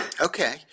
Okay